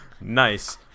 Nice